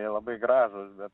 jie labai gražūs bet